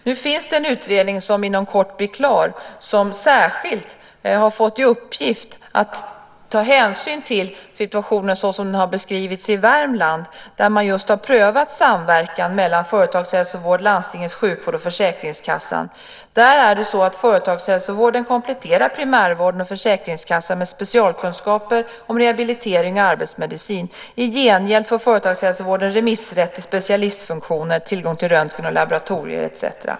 Nu finns det en utredning som inom kort blir klar och som särskilt har fått i uppgift att ta hänsyn till situationen såsom den har beskrivits i Värmland, där man har prövat samverkan mellan företagshälsovården, landstingets sjukvård och försäkringskassan. Där är det så att företagshälsovården kompletterar primärvården och försäkringskassan med specialkunskaper om rehabilitering och arbetsmedicin. I gengäld får företagshälsovården remissrätt till specialistfunktioner, tillgång till röntgen och laboratorier etcetera.